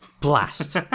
Blast